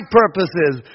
purposes